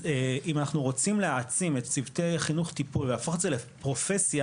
אם אנחנו רוצים להעצים את צוותי החינוך-טיפול ולהפוך את זה לפרופסיה,